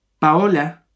Paola